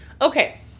okay